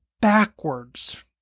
backwards